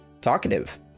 talkative